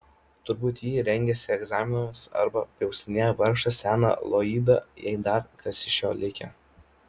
turbūt ji rengiasi egzaminams arba pjaustinėja vargšą seną loydą jei dar kas iš jo likę